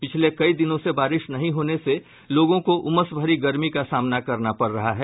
पिछले कई दिनों से बारिश नहीं होने से लोगों को उमस भरी गर्मी का सामना करना पड़ रहा है